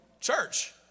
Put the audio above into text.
church